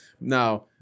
Now